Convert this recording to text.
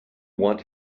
want